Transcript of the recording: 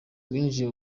yinjiye